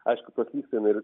aišku praslysta jinai ir